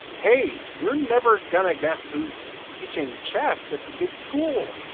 hey, you're never gonna guess who's teaching chess at the kids' school,